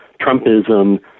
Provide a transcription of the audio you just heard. Trumpism